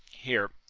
here,